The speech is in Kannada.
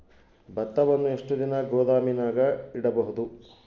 ಭತ್ತವನ್ನು ಎಷ್ಟು ದಿನ ಗೋದಾಮಿನಾಗ ಇಡಬಹುದು?